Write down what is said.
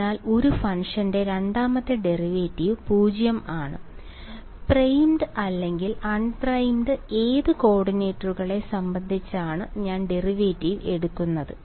അതിനാൽ ഒരു ഫംഗ്ഷന്റെ രണ്ടാമത്തെ ഡെറിവേറ്റീവ് 0 ആണ് പ്രൈംഡ് അല്ലെങ്കിൽ അൺപ്രൈംഡ് ഏത് കോർഡിനേറ്റുകളെ സംബന്ധിച്ചാണ് ഞാൻ ഡെറിവേറ്റീവ് എടുക്കുന്നത്